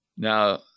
Now